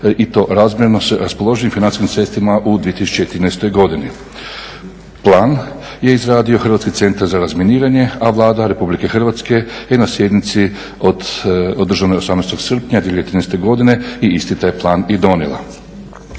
i to razmjerno sa raspoloživim financijskim sredstvima u 2013. godini. Plan je izradio Hrvatski centar za razminiranje, a Vlada RH je na sjednici održanoj 18. srpnja 2013. godine i isti taj plan i donijela.